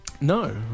No